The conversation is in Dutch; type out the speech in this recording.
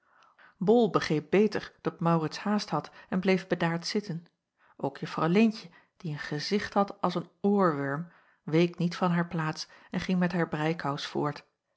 bol begreep beter dat maurits haast had en bleef bedaard zitten ook juffrouw leentje die een gezicht had als een oorwurm week niet van haar plaats en ging met haar breikous voort